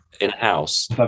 in-house